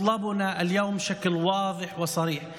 הבקשה שלנו היום באופן ברור היא לסיים את המלחמה הזאת,